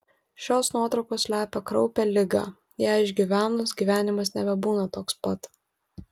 šios nuotraukos slepia kraupią ligą ją išgyvenus gyvenimas nebebūna toks pat